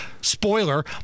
spoiler